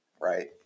right